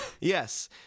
Yes